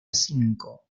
cinco